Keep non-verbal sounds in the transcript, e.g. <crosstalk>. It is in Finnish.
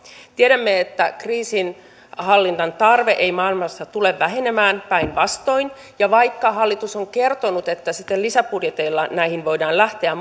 tiedämme että kriisinhallinnan tarve ei maailmassa tule vähenemään päinvastoin ja vaikka hallitus on kertonut että sitten lisäbudjeteilla näihin voidaan lähteä <unintelligible>